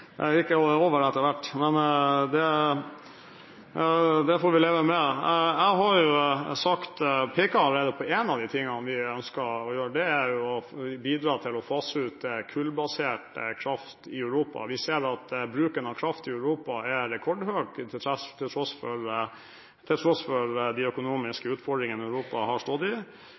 hvert. Det får vi leve med. Jeg har allerede pekt på én av de tingene vi ønsker å gjøre. Det er å bidra til å fase ut kullbasert kraft i Europa. Vi ser at bruken av kraft i Europa er rekordstor til tross for de økonomiske utfordringene Europa har stått overfor. Vi har allerede sett at produksjonen i